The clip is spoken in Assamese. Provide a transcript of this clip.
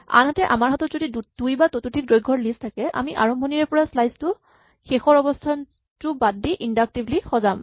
আনহাতে আমাৰ হাতত যদি দুই বা ততোধিক দৈৰ্ঘ্যৰ লিষ্ট থাকে আমি আৰম্ভণিৰে পৰা স্লাইচ টো শেষৰ অৱস্হানটো বাদ দি ইন্ডাক্টিভলী সজাম